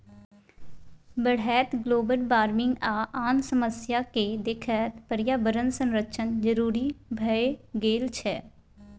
बढ़ैत global warming आ आन समस्या केँ देखैत पर्यावरण संरक्षण जरुरी भए गेल छै